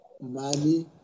money